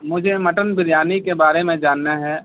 مجھے مٹن بریانی کے بارے میں جاننا ہے